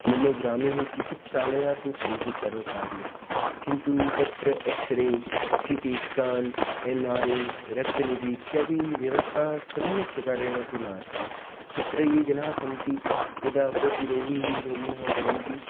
मम ग्रामे चिकित्सालयः तु सन्ति सर्वकारीयः किन्तु तत्र X ray C T scan M R A रक्तनिधिः इत्यादि व्यवस्थाः सम्यक् प्रकारेण तु नास्ति तत्र ये जनाः सन्ति यदा कोऽपि रोगीः रोगिणः भवन्ति